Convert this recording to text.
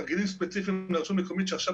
תרגילים ספציפיים לרשות מקומית שעכשיו